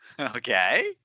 Okay